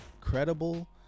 credible